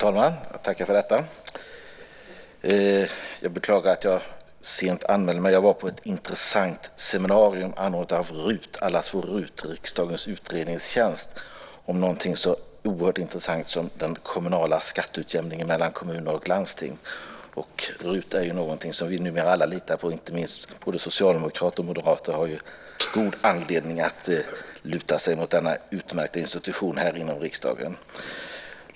Herr talman! Jag beklagar att jag sent anmälde mig till debatten, men jag var på ett intressant seminarium anordnat av RUT - allas vårt RUT, riksdagens utredningstjänst - som handlade om något så oerhört intressant som den kommunala skatteutjämningen, skatteutjämningen mellan kommuner och landsting. RUT är ju något som vi alla numera litar på. Inte minst både socialdemokrater och moderater har god anledning att luta sig mot denna utmärkta institution här inom riksdagen.